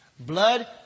Blood